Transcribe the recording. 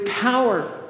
power